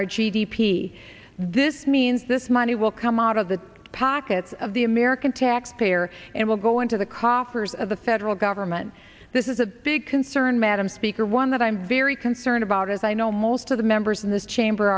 our g d p this means this money will come out of the pockets of the american taxpayer and will go into the coffers of the federal government this is a big concern madam speaker one that i'm very concerned about as i know most of the members in this chamber